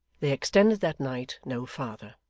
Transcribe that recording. they extended that night no farther.